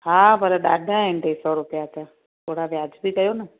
हा पर ॾाढा आहिनि टे सौ रुपिया त थोरा वियाजबी कयो न